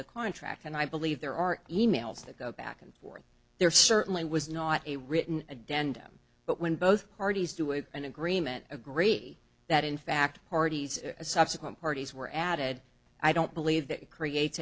the contract and i believe there are e mails that go back and forth there certainly was not a written a danda but when both parties do it and agreement agree that in fact parties subsequent parties were added i don't believe that creates